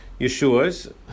Yeshua's